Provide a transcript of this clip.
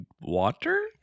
water